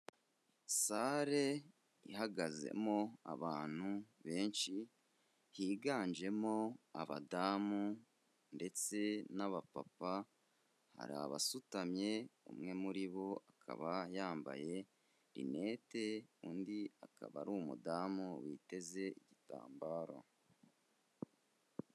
Sare ihagazemo abantu benshi, higanjemo abadamu ndetse n'abapapa, hari abasutamye umwe muri bo akaba yambaye rinete undi akaba ari umudamu witeze igitambaro.